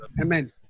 Amen